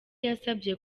yasabye